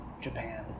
Japan